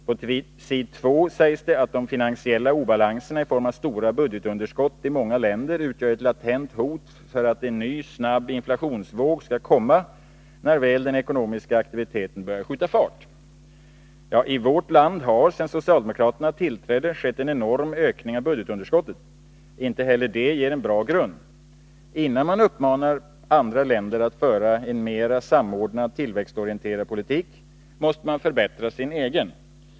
På s. 2 sägs: ”De finansiella obalanserna i form av stora budgetunderskott i många länder utgör ett latent hot för att en ny snabb inflationsvåg skall komma när väl den ekonomiska aktiviteten börjat skjuta fart.” I vårt land har sedan den socialdemokratiska regeringen tillträdde skett en enorm ökning av budgetunderskottet. Inte heller det ger en bra grund. Innan man uppmanar andra länder att föra en ”mer samordnad tillväxtorienterad politik” måste man förbättra sin egen.